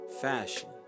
fashion